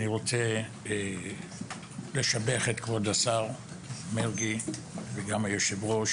אני רוצה לשבח את כבוד השר מרגי וגם היושב ראש